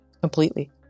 Completely